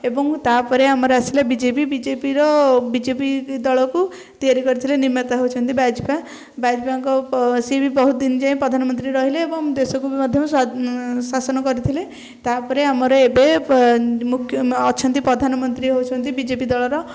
ଏବଂ ତା'ପରେ ଆମର ଆସିଲା ବିଜେପି ବିଜେପିର ବିଜେପି ଦଳକୁ ତିଆରି କରିଥିଲେ ନିର୍ମାତା ହେଉଛନ୍ତି ବାଜପା ବାଜପାଙ୍କ ସେ ବି ବହୁତ ଦିନ ଯାଏଁ ପ୍ରଧାନମନ୍ତ୍ରୀ ରହିଲେ ଏବଂ ଦେଶକୁ ବି ମଧ୍ୟ ଶାସନ କରିଥିଲେ ତା'ପରେ ଆମର ଏବେ ମୁକ୍ ଅଛନ୍ତି ପ୍ରଧାନମନ୍ତ୍ରୀ ହେଉଛନ୍ତି ବିଜେପି ଦଳର